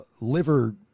liver